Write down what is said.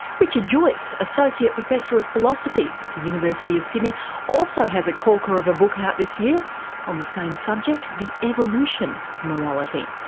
richard joyce, associate professor of philosophy at the university of sydney also has a corker of a book out this year on the same subject, the evolution of morality.